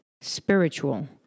spiritual